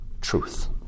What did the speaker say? truth